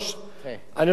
אני רוצה שתבינו,